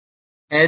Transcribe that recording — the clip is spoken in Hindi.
तो H क्या है